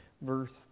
Verse